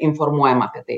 informuojam apie tai